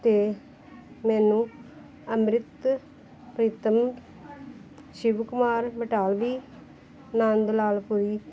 ਅਤੇ ਮੈਨੂੰ ਅੰਮ੍ਰਿਤ ਪ੍ਰੀਤਮ ਸ਼ਿਵ ਕੁਮਾਰ ਬਟਾਲਵੀ ਨੰਦ ਲਾਲ ਪੁਰੀ